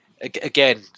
again